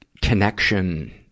connection